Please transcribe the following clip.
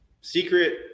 secret